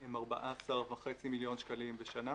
הם 14.5 מיליון שקלים בשנה,